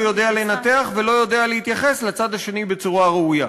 לא יודע לנתח ולא יודע להתייחס לצד השני בצורה ראויה.